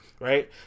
right